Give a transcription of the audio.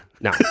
No